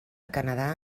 canadà